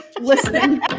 listening